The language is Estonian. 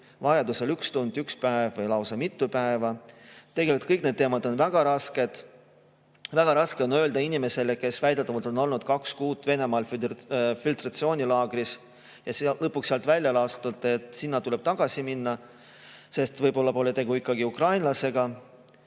vajaduse korral üks tund, üks päev või lausa mitu päeva. Tegelikult on kõik need teemad väga rasked. Väga raske on öelda inimesele, kes väidetavalt on olnud kaks kuud Venemaal filtratsioonilaagris ja lõpuks sealt välja lastud, et tal tuleb sinna tagasi minna, sest võib-olla pole ikkagi tegu ukrainlasega.